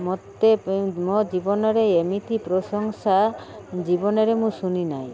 ମୋତେ ମୋ ଜୀବନରେ ଏମିତି ପ୍ରଶଂସା ଜୀବନରେ ମୁଁ ଶୁଣିନାହିଁ